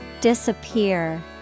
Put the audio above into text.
Disappear